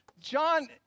John